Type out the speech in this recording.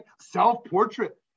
Self-portrait